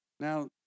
Now